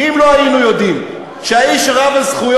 כי אם לא היינו יודעים שהאיש רב-הזכויות